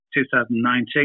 2019